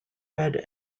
red